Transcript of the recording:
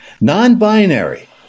non-binary